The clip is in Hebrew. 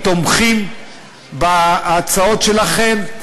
תומכים בהצעות שלכם.